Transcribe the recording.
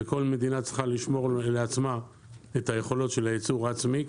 וכל מדינה צריכה לשמור לעצמה את היכולת של הייצור העצמי,